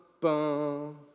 bum